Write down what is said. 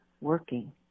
working